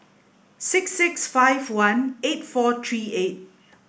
six six five one eight four three eight